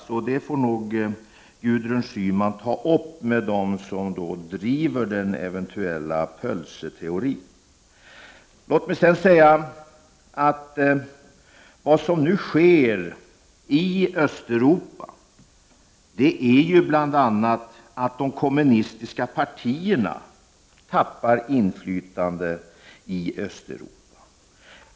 Så den teorin får nog Gudrun Schyman ta upp med dem som eventuellt driver den. Låt mig sedan säga att vad som nu sker i Östeuropa är bl.a. att de kommunistiska partierna tappar inflytande.